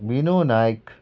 Vinu Naik